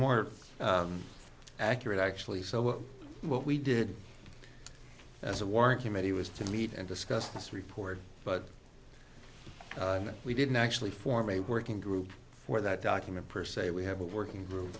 more accurate actually so what we did as a warrant committee was to meet and discuss this report but we didn't actually form a working group for that document per se we have a working group